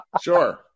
Sure